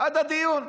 עד הדיון.